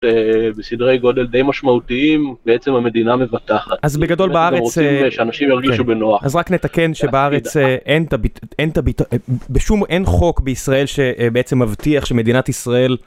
בסדרי גודל די משמעותיים, בעצם המדינה מבטחת. אז בגדול בארץ... אנשים ירגישו בנוח. אז רק נתקן שבארץ אין חוק בישראל שבעצם מבטיח שמדינת ישראל...